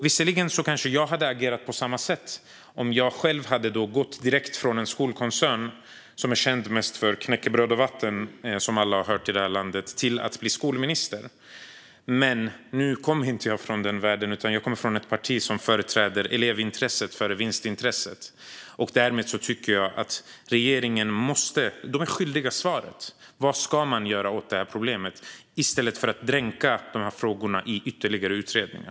Visserligen kanske jag hade agerat på samma sätt om jag själv hade gått direkt från en skolkoncern som mest är känd för knäckebröd och vatten, vilket alla har hört i det här landet, till att bli skolminister. Men nu kommer inte jag från den världen, utan jag kommer från ett parti som företräder elevintresset före vinstintresset. Därmed tycker jag att regeringen är skyldig att svara på vad ska man göra åt problemet i stället för att dränka de här frågorna i ytterligare utredningar.